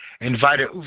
invited